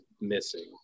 missing